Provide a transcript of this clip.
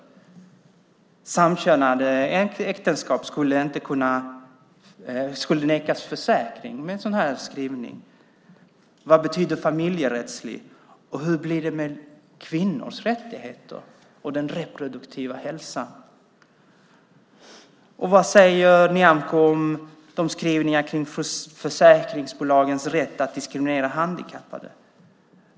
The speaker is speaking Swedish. Personer i samkönade äktenskap skulle kunna nekas försäkring med en sådan skrivning. Vad betyder "familjerättslig"? Hur blir det med kvinnors rättigheter och den reproduktiva hälsan? Och vad säger Nyamko om skrivningarna kring försäkringsbolagens rätt att diskriminera handikappade?